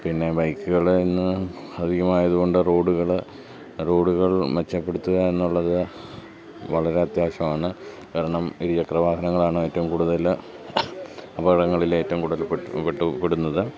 പിന്നെ ബൈക്കുകൾ ഇന്ന് അധികമായതുകൊണ്ട് റോഡുകൾ റോഡുകൾ മെച്ചപ്പെടുത്തുക എന്നുള്ളത് വളരെ അത്യാവശ്യമാണ് കാരണം ഇരുചക്ര വാഹനങ്ങളാണ് ഏറ്റവും കൂടുതൽ അപകടങ്ങളിൽ ഏറ്റവും കൂടുതൽ പെടുന്നത്